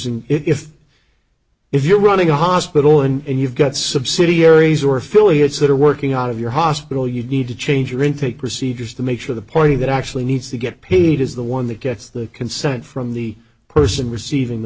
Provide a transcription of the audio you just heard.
and if if you're running a hospital and you've got subsidiaries or affiliates that are working out of your hospital you need to change your intake procedures to make sure the party that actually needs to get paid is the one that gets the consent from the person receiving the